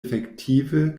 efektive